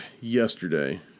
yesterday